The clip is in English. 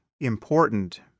important